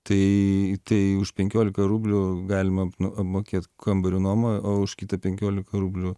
tai tai už penkiolika rublių galima apmokėt kambario nuomą o už kitą penkiolika rublių